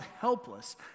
helpless